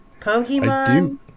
pokemon